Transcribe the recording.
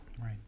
Right